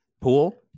pool